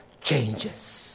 changes